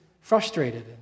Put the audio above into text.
frustrated